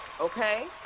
Okay